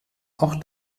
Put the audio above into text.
auch